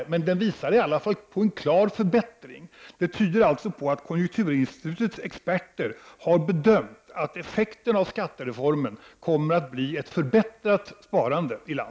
Men den visar på en klar förbättring. Det tyder alltså på att konjunkturinstitutets experter har gjort bedömningen att ett förbättrat sparande i landet kommer att vara effekten av skattereformen.